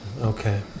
Okay